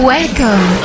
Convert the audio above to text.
Welcome